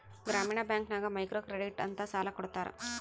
ಗ್ರಾಮೀಣ ಬ್ಯಾಂಕ್ ನಾಗ್ micro credit ಅಂತ್ ಸಾಲ ಕೊಡ್ತಾರ